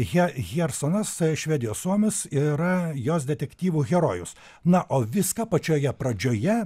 he hjersonas švedijos suomis yra jos detektyvų herojus na o viską pačioje pradžioje